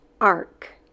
arc